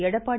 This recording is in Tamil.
எடப்பாடி